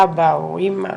אבא או אמא,